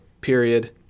period